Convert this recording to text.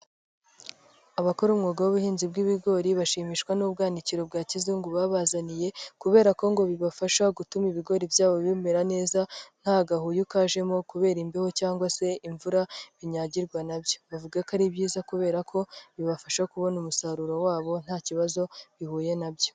Abakora umwuga w'ubuhinzi bw'ibigori bashimishwa n'ubwanacyaro bwa kizungu babazaniye kubera ko ngo bibafasha gutuma ibigori byabo bimera neza, nta gahuyu kajemo kubera imbeho cyangwa se imvura binyagirwa nabyo. Bavuga ko ari byiza kubera ko bibafasha kubona umusaruro wabo nta kibazo bihuye nabyo.